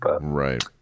Right